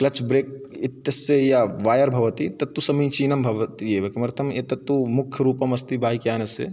clutch brake इत्यस्य या wire भवति तत्तु समीचीनं भवति एव किमर्थं एतत्तु मुख्यरूपम् अस्ति बैक् यानस्य